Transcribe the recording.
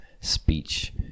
Speech